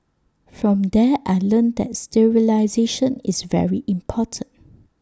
from there I learnt that sterilisation is very important